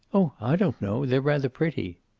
oh, i don't know. they're rather pretty.